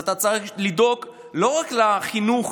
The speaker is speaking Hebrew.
אתה צריך לדאוג לא רק לחינוך